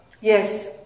Yes